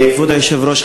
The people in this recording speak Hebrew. כבוד היושב-ראש,